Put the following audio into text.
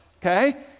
okay